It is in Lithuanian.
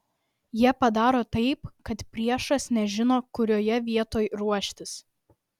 jie padaro taip kad priešas nežino kurioje vietoj ruoštis